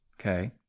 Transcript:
okay